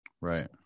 Right